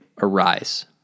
arise